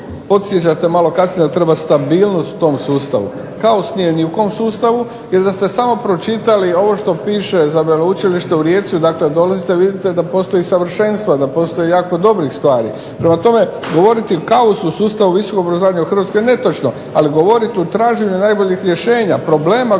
podsjećate malo kasnije da treba stabilnost tom sustavu. Kaos nije ni u kom sustavu jer da ste samo pročitali ovo što piše za Veleučilište u Rijeci odakle dolazite vidite da postoji savršenstvo, da postoji jako dobrih stvari. Prema tome, govoriti o kaosu visokog obrazovanja u HRvatskoj je netočno, ali govoriti o traženju najboljih rješenja, problema kojih ima,